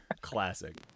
Classic